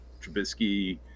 Trubisky